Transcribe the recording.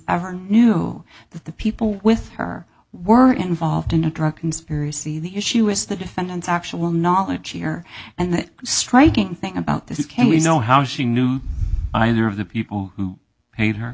ever knew that the people with her were involved in a drug conspiracy the issue is the defendant's actual knowledge here and the striking thing about this is can we know how she knew either of the people who hate her